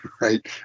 right